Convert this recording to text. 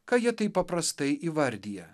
ką jie taip paprastai įvardija